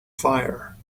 fire